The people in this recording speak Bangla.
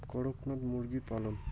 করকনাথ মুরগি পালন?